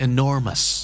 Enormous